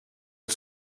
dat